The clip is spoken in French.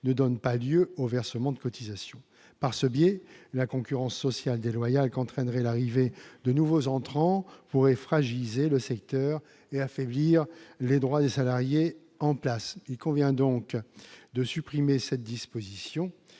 ne donnent pas lieu au versement de cotisations. Par ce biais, la concurrence sociale déloyale qu'entraînerait l'arrivée de nouveaux entrants pourrait fragiliser le secteur et affaiblir les droits des salariés en place. Il convient donc de supprimer cette disposition